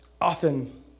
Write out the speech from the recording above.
often